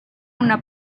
una